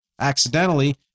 accidentally